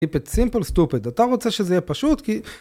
אתה רוצה שזה יהיה פשוט?